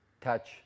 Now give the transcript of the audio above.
touch